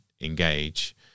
engage